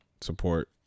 support